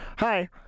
Hi